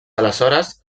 aleshores